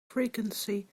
frequency